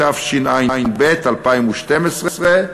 התשע"ב 2012,